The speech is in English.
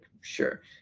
sure